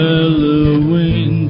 Halloween